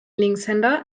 linkshänder